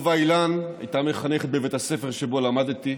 טובה אילן הייתה מחנכת בבית הספר שבו למדתי,